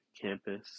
campus